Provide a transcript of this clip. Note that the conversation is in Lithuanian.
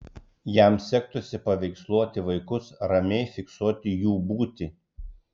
jam sektųsi paveiksluoti vaikus ramiai fiksuoti jų būtį